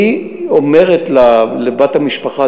שהיא אומרת לבת משפחה,